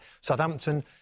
Southampton